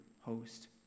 host